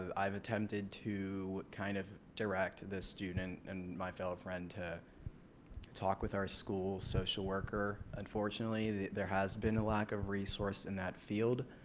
ah i've attempted to kind of direct this student and my fellow friend to talk with our school social worker. unfortunately there has been a lack of resource in that field.